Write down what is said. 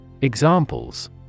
Examples